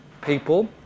people